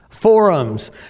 Forums